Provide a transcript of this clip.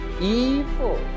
Evil